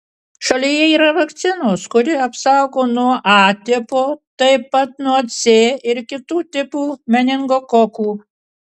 šalyje yra vakcinos kuri apsaugo nuo a tipo taip pat nuo c ir kitų tipų meningokokų